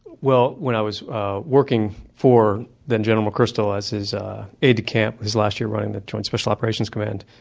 well, when i was working for then general mcchrystal as his aid de-camp his last year running the joint special operations command,